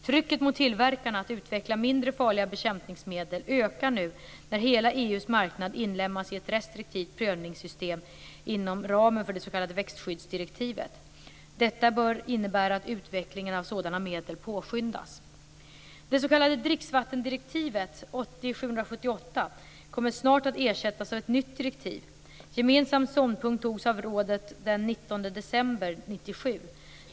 Trycket mot tillverkarna att utveckla mindre farliga bekämpningsmedel ökar nu när hela EU:s marknad inlemmas i ett restriktivt prövningssystem inom ramen för det s.k. växtskyddsdirektivet. Detta bör innebära att utvecklingen av sådana medel påskyndas. För det tredje kommer det s.k. dricksvattendirektivet, 80 EEG, snart att ersättas av ett nytt direktiv. 19 december 1997.